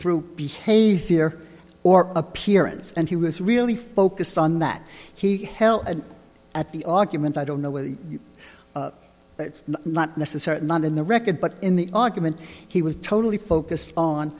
through behavior or appearance and he was really focused on that he held at the argument i don't know whether that's not necessary in the record but in the argument he was totally focused on